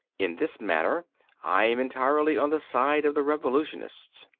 in this matter i am entirely on the side of the revolutionists.